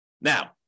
Now